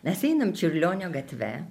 mes einam čiurlionio gatve